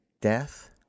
death